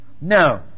No